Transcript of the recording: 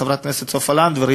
חברת הכנסת סופה לנדבר,